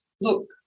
look